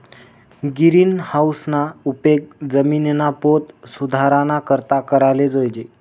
गिरीनहाऊसना उपेग जिमिननी पोत सुधाराना करता कराले जोयजे